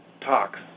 talks